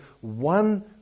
one